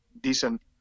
decent